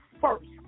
first